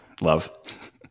Love